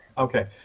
Okay